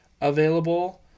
available